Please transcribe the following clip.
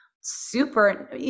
super